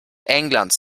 englands